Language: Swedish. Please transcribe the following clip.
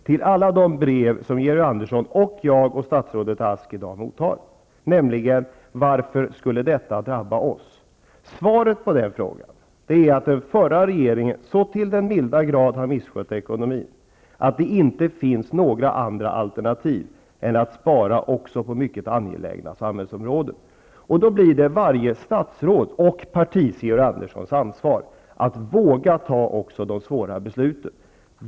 Svaret på alla de brev som Georg Andersson, jag och statsrådet Ask i dag mottar, där det frågas varför detta skulle drabba just oss, blir att den förra regeringen så till den milda grad har misskött ekonomin att det inte finns några andra alternativ än att spara också på mycket angelägna samhällsområden. Då har varje statsråd och varje parti, Georg Andersson, ansvaret att våga ta även de svåra besluten.